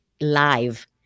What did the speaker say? live